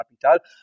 capital